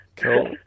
Cool